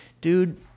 dude